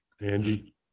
Angie